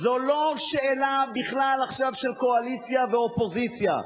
זו לא שאלה בכלל, עכשיו, של קואליציה ואופוזיציה,